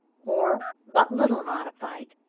or but little modified.